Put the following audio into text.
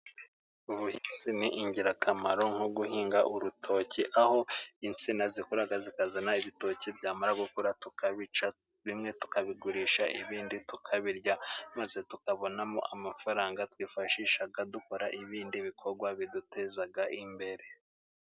Ubuhinzi ni ingirakamaro, nko guhinga urutoki aho insina zikura zikazana ibitoki byamara gukura tukabica, bimwe tukabigurisha ibindi tukabirya, maze tukabonamo amafaranga twifashisha dukora ibindi bikorwa biduteza imbere.